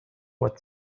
what